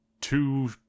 two